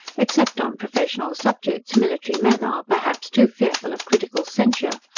except on professional subjects, military men are, perhaps, too fearful of critical censure.